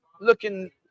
looking